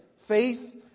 Faith